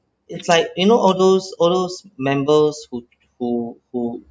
it's like you know all those all those members who who who